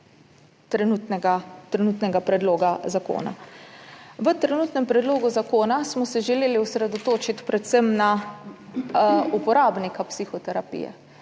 trenutnega predloga zakona. V trenutnem predlogu zakona smo se želeli osredotočiti predvsem na uporabnika psihoterapije,